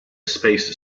space